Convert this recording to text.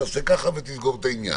תעשה כך ותסגור את העניין.